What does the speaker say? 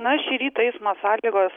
na šį rytą eismo sąlygos